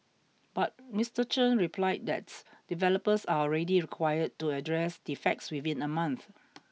but Mister Chen replied that developers are already required to address defects within a month